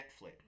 Netflix